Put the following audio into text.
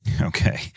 Okay